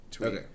Okay